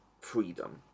freedom